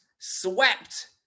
swept